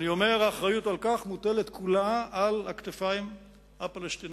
אני אומר שהאחריות לכך מוטלת כולה על הכתפיים הפלסטיניות.